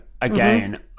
again